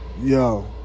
Yo